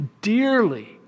dearly